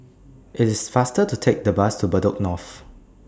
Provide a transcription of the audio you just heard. IT IS faster to Take The Bus to Bedok North